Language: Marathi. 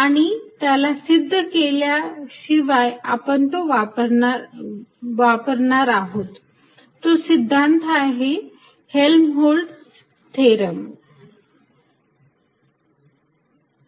आणि त्याला सिद्ध केल्याशिवाय आपण तो वापरणार आहोत तो सिद्धांत आहे हेल्महोल्टझ थेरम Helmholz's theorem